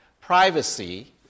privacy